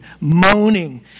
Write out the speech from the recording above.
moaning